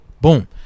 boom